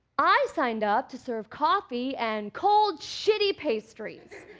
i signed up to serve coffee and cold shitty pastries.